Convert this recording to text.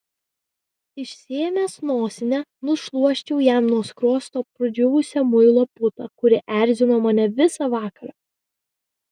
išsiėmęs nosinę nušluosčiau jam nuo skruosto pridžiūvusią muilo putą kuri erzino mane visą vakarą